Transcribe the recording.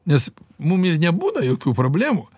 nes mum ir nebūna jokių problemų